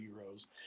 heroes